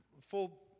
full